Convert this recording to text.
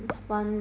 the